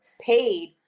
paid